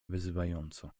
wyzywająco